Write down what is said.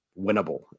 winnable